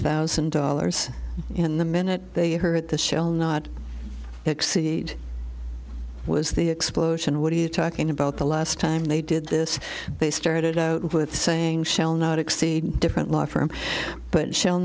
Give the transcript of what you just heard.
thousand dollars and the minute they heard the shall not exceed was the explosion what are you talking about the last time they did this they started out with saying shall not exceed different law firm but it shall